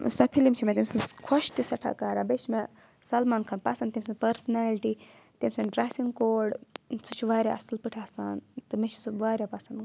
سۄ فِلم چھِ مےٚ تٔمۍ سٕنٛز خۄش تہِ سؠٹھاہ کَران بیٚیہِ چھِ مےٚ سَلمان خان پَسَنٛد تٔمۍ سٕنٛدۍ پٔرسٕنَیلٹِی تٔمۍ سٕنٛدۍ ڈرٛیسِنٛگ کوڈ سُہ چھُ واریاہ اَصٕل پٲٹھۍ آسان تہٕ مےٚ چھِ سُہ واریاہ پَسنٛد